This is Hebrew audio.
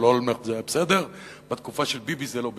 אולמרט זה היה בסדר ובתקופה של ביבי זה לא בסדר.